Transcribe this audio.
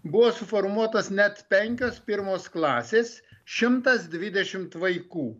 buvo suformuotos net penkios pirmos klasės šimtas dvidešimt vaikų